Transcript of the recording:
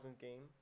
game